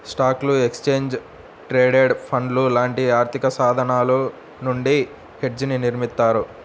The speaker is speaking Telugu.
స్టాక్లు, ఎక్స్చేంజ్ ట్రేడెడ్ ఫండ్లు లాంటి ఆర్థికసాధనాల నుండి హెడ్జ్ని నిర్మిత్తారు